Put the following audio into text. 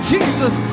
Jesus